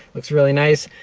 looks really nice.